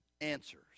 answers